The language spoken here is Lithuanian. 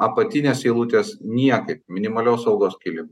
apatinės eilutės niekaip minimalios algos kėlimais